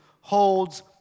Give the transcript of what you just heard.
holds